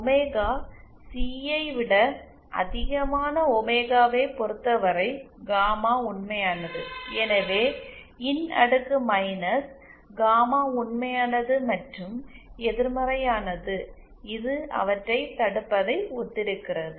omega C ஐ விட அதிகமான ஒமேகாவைப் பொறுத்தவரை காமா உண்மையானது எனவே இ ன் அடுக்கு மைனஸ் காமா உண்மையானது மற்றும் எதிர்மறையானது இது அவற்றைத் தடுப்பதை ஒத்திருக்கிறது